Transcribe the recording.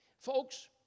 Folks